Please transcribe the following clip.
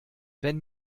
wenn